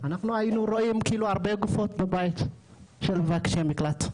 אנחנו היינו רואים כאילו הרבה גופות בבתים של מבקשי מקלט.